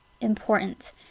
important